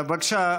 בבקשה.